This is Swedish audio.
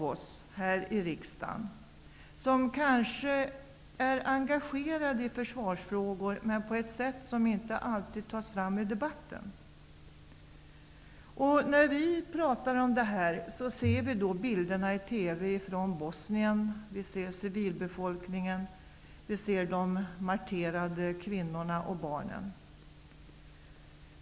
Jag tror att många av oss i riksdagen är engagerade i försvarsfrågor, men då på ett sådant sätt att det inte alltid kommer fram i debatten. Samtidigt som vi talar om dessa saker kan vi på TV se bilder från Bosnien. Vi ser civilbefolkningen där samt de marterade kvinnorna och barnen.